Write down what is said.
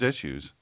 issues